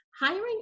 hiring